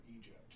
Egypt